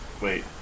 Wait